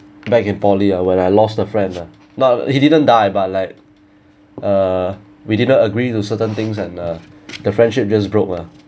back in poly ah when I lost the friends ah now he didn't die but like uh we didn't agree to certain things and uh the friendship just broke ah